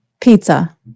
Pizza